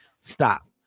Stop